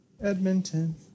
Edmonton